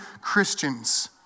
Christians